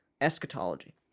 eschatology